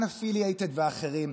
unaffiliated ואחרים".